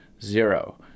zero